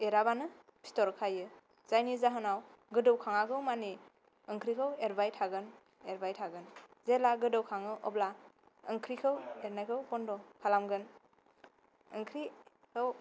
एराबानो फिथर खायो जायनि जाहोनाव ओंख्रिखौ गोदौखाङागौमानि एलबाय थागोन एरबाय थागोन जेला गोदौखाङो अब्ला ओंख्रिखौ एरनायखौ बन्द' खालामगोन ओंख्रि आव